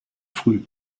früh